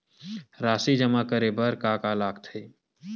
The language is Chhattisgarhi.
राशि जमा करे बर का का लगथे?